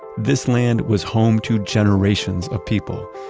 this land was home to generations of people.